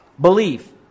belief